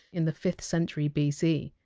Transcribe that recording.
in the fifth century bc.